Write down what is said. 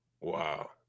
Wow